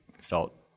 felt